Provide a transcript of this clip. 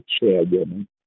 chairwoman